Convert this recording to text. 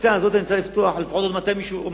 בשיטה הזאת אני צריך לפתוח לפחות עוד 200 סניפים,